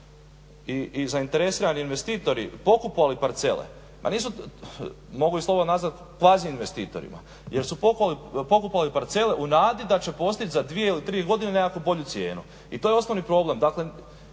i zainteresirani investitori pokupovali parcele, pa nisu, mogu ih slobodno nazvati plazi investitorima jer su pokupovali parcele u nadi da će postići za dvije ili tri godine nekakvu bolju cijenu i to je osnovni problem.